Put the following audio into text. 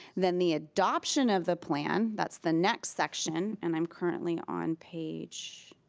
then the adoption of the plan, that's the next section, and i'm currently on page,